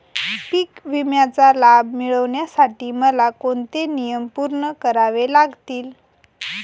पीक विम्याचा लाभ मिळण्यासाठी मला कोणते नियम पूर्ण करावे लागतील?